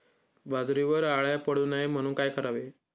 बाजरीवर अळ्या पडू नये म्हणून काय करावे?